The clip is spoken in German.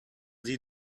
sie